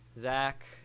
Zach